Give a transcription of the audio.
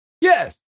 Yes